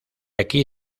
aquí